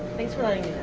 thanks for letting